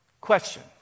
question